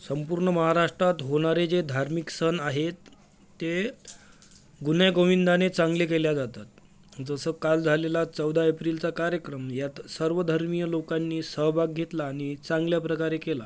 संपूर्ण महाराष्ट्रात होणारे जे धार्मिक सण आहेत ते गुण्यागोविंदाने चांगले केल्या जातात जसं काल झालेला चौदा एप्रिलचा कार्यक्रम यात सर्वधर्मीय लोकांनी सहभाग घेतला आणि चांगल्या प्रकारे केला